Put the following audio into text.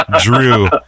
Drew